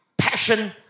passion